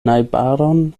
najbaron